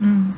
mm